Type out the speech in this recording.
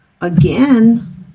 again